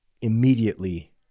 immediately